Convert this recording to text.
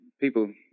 people